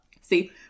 See